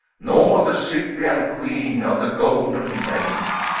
nor the cyprian queen of the golden rein.